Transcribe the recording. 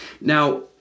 Now